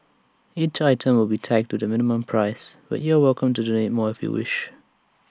each item will be tagged with A minimum price but you're welcome to donate more if you wish